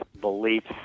beliefs